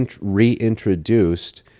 reintroduced